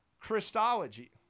Christology